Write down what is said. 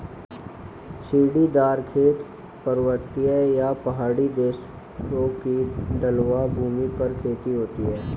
सीढ़ीदार खेत, पर्वतीय या पहाड़ी प्रदेशों की ढलवां भूमि पर खेती होती है